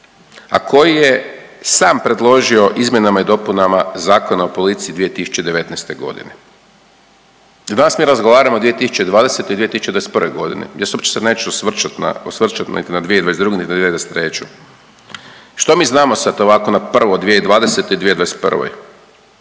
a koji je sam predložio izmjenama i dopunama Zakona o policiji 2019. g. Danas mi razgovaramo o 2020. i 2021. g., gdje uopće se neću osvrćat na, osvrćat nek na 2022. i 2023. Što mi znamo sad ovako na prvo o 2020. i 2021.?